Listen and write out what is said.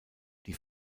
die